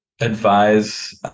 advise